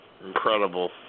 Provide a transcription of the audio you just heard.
Incredible